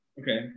Okay